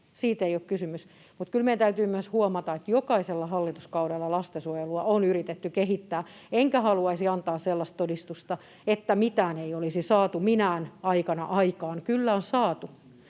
Siitä ei ole kysymys, mutta kyllä meidän täytyy myös huomata, että jokaisella hallituskaudella lastensuojelua on yritetty kehittää, enkä haluaisi antaa sellaista todistusta, että mitään ei olisi saatu minään aikana aikaan. Kyllä on saatu,